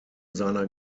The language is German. seiner